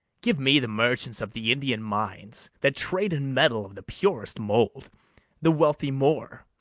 give me the merchants of the indian mines, that trade in metal of the purest mould the wealthy moor,